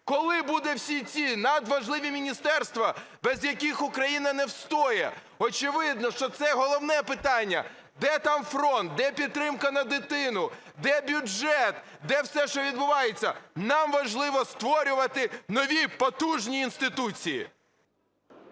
Коли будуть всі ці надважливі міністерства, без яких Україна не встоїть, очевидно, що це головне питання. Де там фронт, де підтримка на дитину, де бюджет, де все, що відбувається? Нам важливо створювати нові потужні інституції.